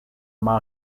mar